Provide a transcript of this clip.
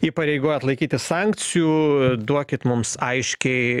įpareigojat laikytis sankcijų duokit mums aiškiai